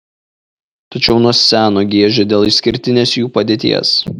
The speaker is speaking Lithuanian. tačiau nuo seno giežė dėl išskirtinės jų padėties